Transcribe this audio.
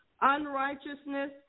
unrighteousness